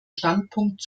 standpunkt